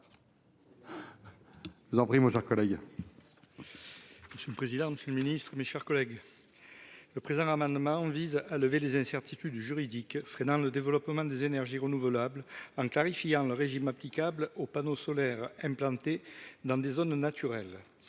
ainsi libellé : La parole est à M. Jérémy Bacchi. Le présent amendement vise à lever les incertitudes juridiques freinant le développement des énergies renouvelables, en clarifiant le régime applicable aux panneaux solaires implantés dans des zones naturelles.